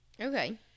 okay